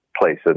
places